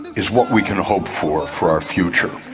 is what we can hope for for our future,